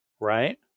Right